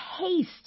taste